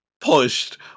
pushed